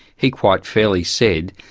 he quite fairly said,